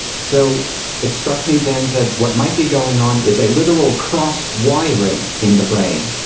so it struck me then that what might be going on is a literal cross-wiring in the brain.